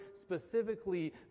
specifically